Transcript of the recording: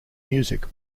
music